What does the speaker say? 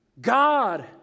God